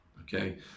Okay